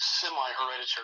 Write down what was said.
semi-hereditary